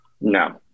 No